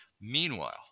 Meanwhile